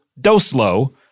Doslo